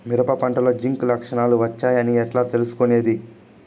మిరప పంటలో జింక్ లక్షణాలు వచ్చాయి అని ఎట్లా తెలుసుకొనేది?